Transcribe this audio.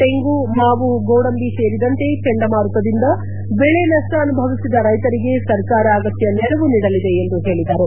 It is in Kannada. ತೆಂಗು ಮಾವು ಗೋಡಂಬಿ ಸೇರಿದಂತೆ ಚಂಡಮಾರುತದಿಂದ ಬೆಳೆ ನಷ್ಷ ಅನುಭವಿಸಿದ ರೈತರಿಗೆ ಸರ್ಕಾರ ಅಗತ್ಯ ನೆರವು ನೀಡಲಿದೆ ಎಂದು ಹೇಳಿದರು